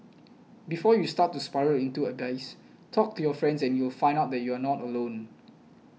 before you start to spiral into the abyss talk to your friends and you'll find that you are not alone